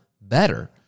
better